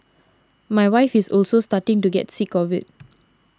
my wife is also starting to get sick of it